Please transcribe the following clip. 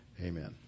Amen